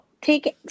take